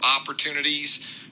opportunities